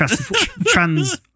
trans